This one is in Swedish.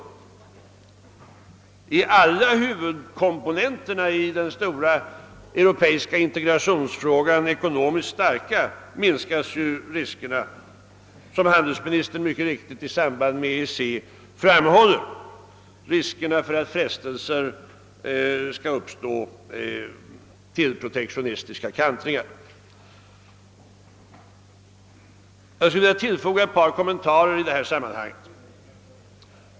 är alla huvudkomponenterna i den stora europeiska integrationsfrågan <ekono Miskt starka minskas ju riskerna — vilket handelsministern mycket riktigt framhåller när det gäller EEC — för att man skall frestas till protektionistiska kantringar. Jag vill i detta sammanhang göra ett par kommentarer.